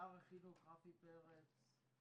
שר החינוך רפי פרץ,